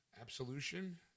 Absolution